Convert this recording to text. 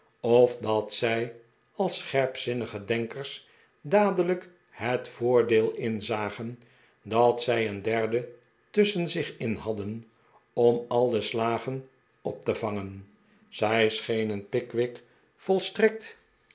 of dat zij als scherpzinnige denkers dadelijk het voordeel inzagen dat zij een derden tusschen zich in hadden om al de slagen op te vangen zij schenen pickwick volstrekt